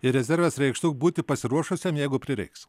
ir rezervas reikštų būti pasiruošusiam jeigu prireiks